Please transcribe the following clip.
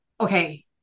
okay